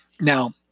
now